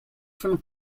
from